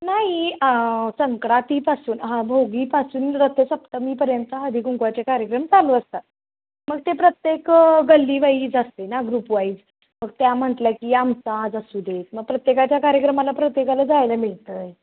नाही संक्रातीपासून हा भोगीपासून रथसप्तमीपर्यंत हळदी कुंकवाचे कार्यक्रम चालू असतात मग ते प्रत्येक गल्लीवाईज असते ना ग्रुपवाईज मग त्या म्हंटलं की आमचा आज असूदे मग प्रत्येकाच्या कार्यक्रमाला प्रत्येकाला जायला मिळतंय